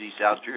South